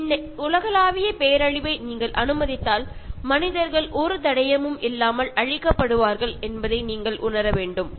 ഇങ്ങനെ ഒരു ആഗോള ദുരന്തമുണ്ടായാൽ മനുഷ്യൻ ഒരു പൊടി പോലും അവശേഷിക്കാതെ ഭൂമുഖത്തുനിന്നും നാമാവശേഷമാകും